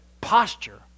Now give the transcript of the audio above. posture